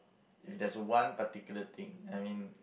if there's one particular thing I mean